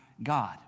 God